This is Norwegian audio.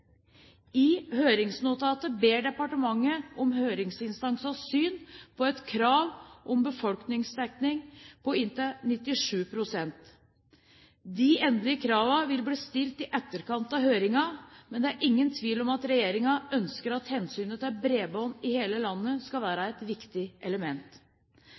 I høringsnotatet ber departementet om høringsinstansenes syn på et krav om befolkningsdekning på inntil 97 pst. De endelige kravene vil bli stilt i etterkant av høringen, men det er ingen tvil om at regjeringen ønsker at hensynet til bredbånd i hele landet skal være et viktig element.